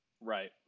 right